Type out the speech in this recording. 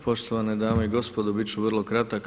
Poštovane dame i gospodo bit ću vrlo kratak.